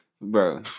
bro